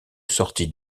sortie